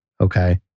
okay